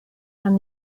from